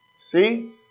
See